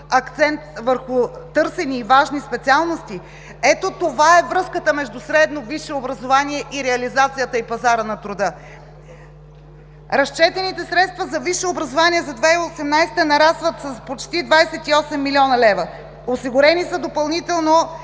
акцент върху търсени важни специалности – ето това е връзката между средно/висше образование и реализацията на пазара на труда. Разчетените средства за висше образование за 2018 г. нарастват с почти 28 млн. лв. Осигурени са допълнително